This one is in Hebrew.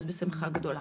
אז בשמחה גדולה.